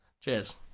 cheers